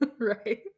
right